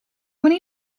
many